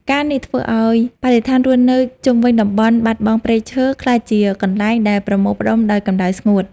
ការណ៍នេះធ្វើឱ្យបរិស្ថានរស់នៅជុំវិញតំបន់បាត់បង់ព្រៃឈើ ក្លាយជាកន្លែងដែលប្រមូលផ្ដុំដោយកម្ដៅស្ងួត។